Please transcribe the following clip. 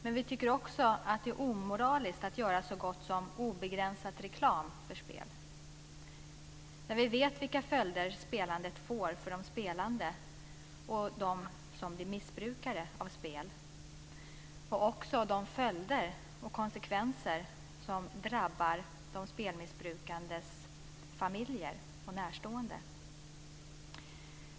Men vi tycker också att det är omoraliskt att göra så gott som obegränsad reklam för spel, när vi vet vilka följder spelandet får för de spelande och för dem som blir missbrukare av spel och också de konsekvenser som drabbar de spelberoendes familjer och närstående.